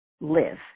live